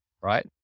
right